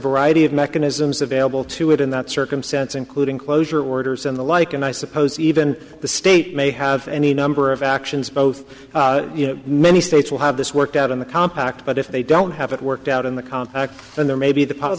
variety of mechanisms available to it in that circumstance including closure orders and the like and i suppose even the state may have any number of actions both many states will have this worked out in the compact but if they don't have it worked out in the contract then there may be the part of